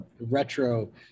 retro